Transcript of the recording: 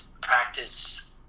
practice